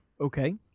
Okay